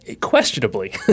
Questionably